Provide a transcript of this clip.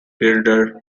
girder